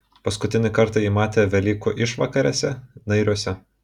paskutinį kartą jį matė velykų išvakarėse nairiuose